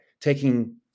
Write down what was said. taking